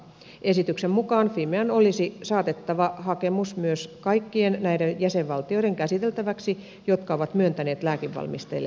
esityksen mukaan fimean olisi saatettava hakemus myös kaikkien näiden jäsenvaltioiden käsiteltäväksi jotka ovat myöntäneet lääkevalmisteelle myyntiluvan